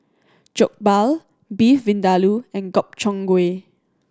Jokbal Beef Vindaloo and Gobchang Gui